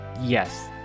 Yes